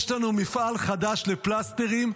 יש לנו מפעל חדש לפלסטרים.